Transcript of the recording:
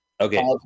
Okay